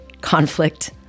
conflict